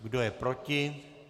Kdo je proti?